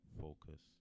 Focus